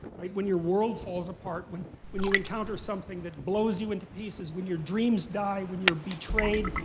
when your world falls apart. when when you encounter something that blows you into pieces, when your dreams die, when you're betrayed.